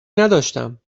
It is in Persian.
نداشتم